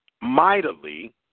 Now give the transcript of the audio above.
mightily